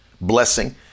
blessing